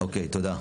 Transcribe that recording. אוקיי, תודה.